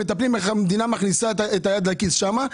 מטפלים איך המדינה מכניסה את היד לכיס שם,